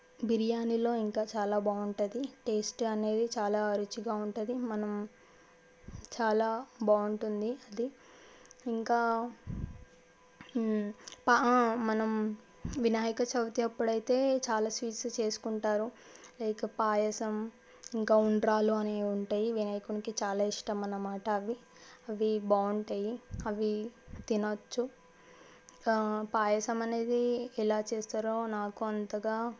బిర్యానీలో ఇంకా చాలా బాగుంటుంది టేస్ట్ అనేది చాలా రుచిగా ఉంటుంది మనం చాలా బాగుంటుంది అది ఇంకా పా మనం వినాయక చవితి అప్పుడు అయితే చాలా స్వీట్స్ చేసుకుంటారు లైక్ పాయసం ఇంకా ఉండ్రాలు అనేవి ఉంటాయి వినాయకునికి చాలా ఇష్టం అన్నమాట అవి అవి బాగుంటాయి అవి తినవచ్చు పాయసం అనేది ఎలా చేస్తారో నాకు అంతగా